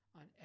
on